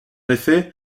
effet